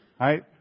right